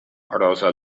rosa